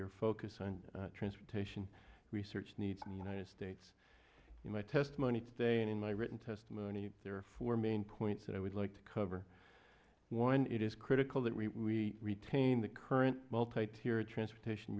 your focus on transportation research needs in united states in my testimony today and in my written testimony there are four main points that i would like to cover one it is critical that we retain the current multi tiered transportation